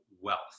wealth